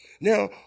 Now